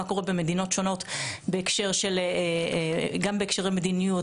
מה קורה במדינות שונות גם בהקשרי מדיניות,